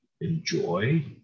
enjoy